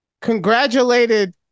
congratulated